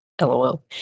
Lol